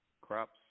crops